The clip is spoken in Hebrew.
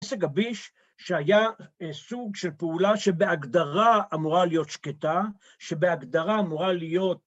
עסק הביש שהיה סוג של פעולה שבהגדרה אמורה להיות שקטה, שבהגדרה אמורה להיות...